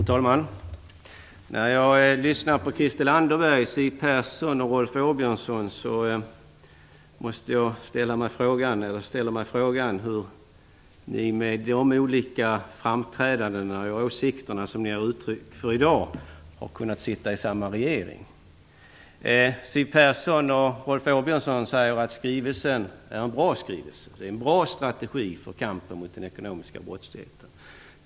Fru talman! När jag lyssnar på Christel Anderberg, Siw Persson och Rolf Åbjörnsson måste jag ställa mig frågan hur ni med dessa olika framträdanden och de åsikter ni har gett uttryck för i dag har kunnat sitta i samma regering. Siw Persson och Rolf Åbjörnsson säger att skrivelsen är en bra skrivelse och att det är en bra strategi för kampen mot den ekonomiska brottsligheten.